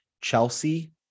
Chelsea